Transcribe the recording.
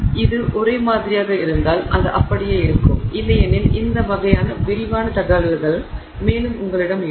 எனவே அது ஒரே மாதிரியாக இருந்தால் அது அப்படியே இருக்கும் இல்லையெனில் இந்த வகையான விரிவான தகவல்கள் மேலும் உங்களிடம் இருக்கும்